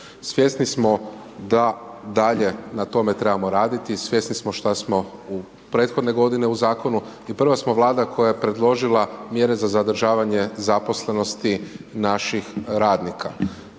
Svjesni smo da dalje na tome trebamo raditi i svjesni smo šta smo prethodne godine u zakonu. I prva smo Vlada koja je predložila mjere za zadržavanje zaposlenosti naših radnika.